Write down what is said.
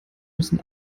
müssen